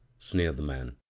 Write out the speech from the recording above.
sneered the man,